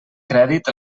crèdit